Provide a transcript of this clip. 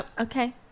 okay